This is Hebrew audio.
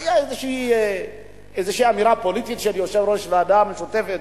היתה איזו אמירה פוליטית של יושב-ראש הוועדה המשותפת